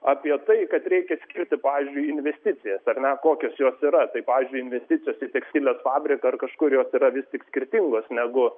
apie tai kad reikia skirti pavyzdžiui investicijas ar ne kokios jos yra tai pavyzdžiui investicijos į tekstilės fabriką ar kažkur jos yra vis tik skirtingos negu